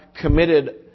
committed